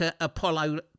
Apollo